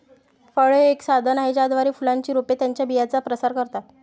फळे हे एक साधन आहे ज्याद्वारे फुलांची रोपे त्यांच्या बियांचा प्रसार करतात